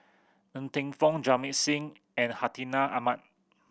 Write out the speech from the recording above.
Ng Teng Fong Jamit Singh and Hartinah Ahmad